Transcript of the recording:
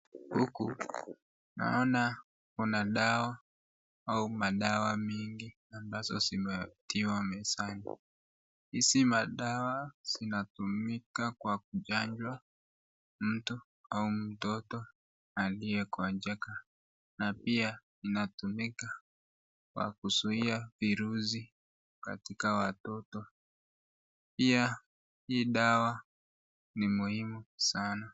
Huku naona kuna dawa au madawa mingi ambazo zimetiwa mezani hizi madawa zinatumika kwa kuchanjwa mtu au mtoto aliyekonjeka na pia inatumika kwa kuzuia viruzi katika watoto, pia hii dawa ni muhimu sana.